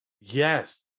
Yes